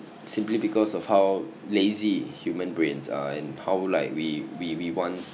simply because of how lazy human brains are and how like we we we want